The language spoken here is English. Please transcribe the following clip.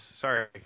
Sorry